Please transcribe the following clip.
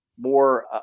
more